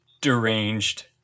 deranged